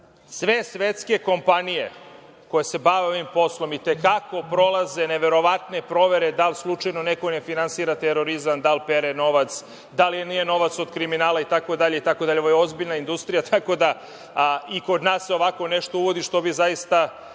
svetske kompanije koje se bave ovim poslom i te kako prolaze neverovatne provere da li slučajno neko ne finansira terorizam, da li pere novac, da li nije novac od kriminala i tako dalje, i tako dalje. Ovo je ozbiljna industrija i kod nas se ovako nešto uvodi što bih zaista,